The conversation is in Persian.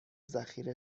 ذخیره